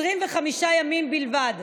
25 ימים בלבד.